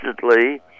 constantly